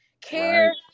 care